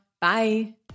Bye